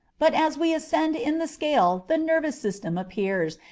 but as we ascend in the scale the nervous system appears,